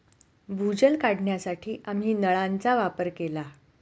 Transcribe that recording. भूजल काढण्यासाठी आम्ही नळांचा वापर केला